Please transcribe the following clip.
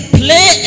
play